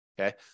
Okay